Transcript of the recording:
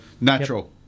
Natural